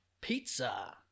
Pizza